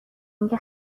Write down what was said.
اینکه